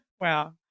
Wow